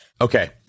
Okay